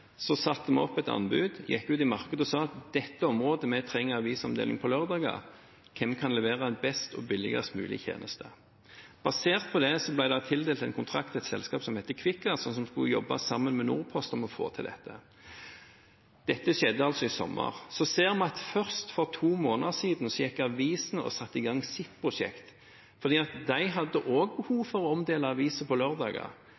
satte vi opp et anbud, gikk ut i markedet og sa: Dette er områder der vi trenger avisomdeling på lørdager, hvem kan levere en best og billigst mulig tjeneste? Basert på det ble det tildelt en kontrakt til et selskap som heter Kvikkas, som skulle jobbe sammen med Norpost om å få til dette. Dette skjedde altså i sommer. Så ser vi at først for to måneder siden satte avisene i gang sitt prosjekt, fordi også de hadde